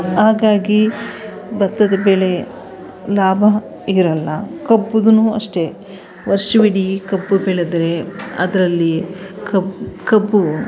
ಹಾಗಾಗಿ ಭತ್ತದ ಬೆಳೆ ಲಾಭ ಇರೋಲ್ಲ ಕಬ್ಬುದೂ ಅಷ್ಟೇ ವರ್ಷವಿಡೀ ಕಬ್ಬು ಬೆಳೆದರೆ ಅದರಲ್ಲಿ ಕಬ್ಬು